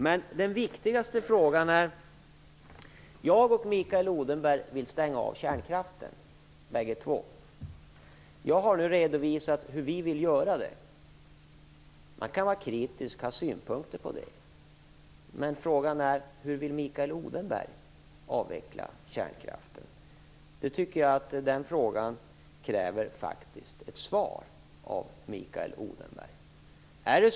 Men den viktigaste frågan är att både jag och Mikael Odenberg vill stänga av kärnkraften. Jag har nu redovisat hur vi vill göra det. Man kan vara kritisk och ha synpunkter på det, men frågan är: Hur vill Mikael Odenberg avveckla kärnkraften? Jag tycker att frågan faktiskt kräver ett svar av Mikael Odenberg.